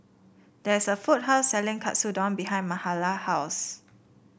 there is a food court selling Katsudon behind Mahala house